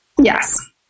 Yes